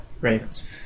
Ravens